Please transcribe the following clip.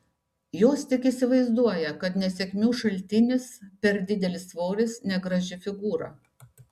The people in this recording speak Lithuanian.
jos tik įsivaizduoja kad nesėkmių šaltinis per didelis svoris negraži figūra